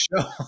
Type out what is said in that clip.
show